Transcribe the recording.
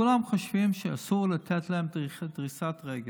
כולם חושבים שאסור לתת להם דריסת רגל.